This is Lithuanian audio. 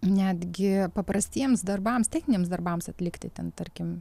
netgi paprastiems darbams techniniams darbams atlikti ten tarkim